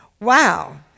Wow